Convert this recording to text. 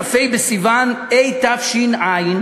כ"ה בסיוון התש"ע,